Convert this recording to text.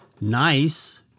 nice